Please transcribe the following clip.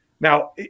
Now